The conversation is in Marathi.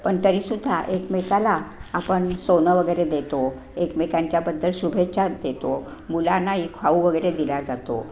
पण तरी सुद्धा एकमेकाला आपण सोनं वगैरे देतो एकमेकांच्याबद्दल शुभेच्छा देतो मुलांना एक खाऊ वगैरे दिला जातो